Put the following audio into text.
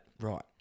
Right